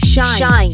Shine